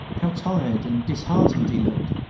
how tired and disheartened he looked!